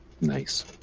Nice